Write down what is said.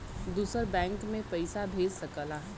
दूसर बैंक मे पइसा भेज सकला